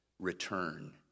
Return